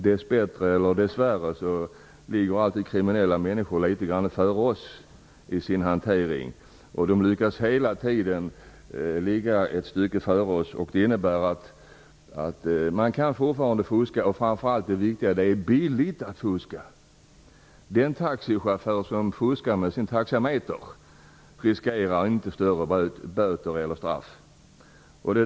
Dess bättre, eller dess värre, ligger alltid kriminella människor litet grand före oss. Det innebär att man fortfarande kan fuska. Framför allt är det billigt att fuska. Det är det viktiga. Den taxichaufför som fuskar med sin taxameter riskerar inte större böter eller högre straff.